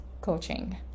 coaching